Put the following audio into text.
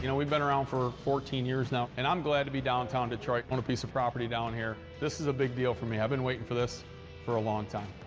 you know we've been around for fourteen years now, and i'm glad to be downtown detroit, own a piece of property down here. this is a big deal for me. i've been waiting for this for a long time.